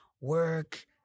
work